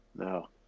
No